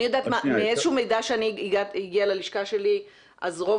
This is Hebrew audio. אני יודעת מאיזשהו מידע שהגיע ללשכה שלי שרוב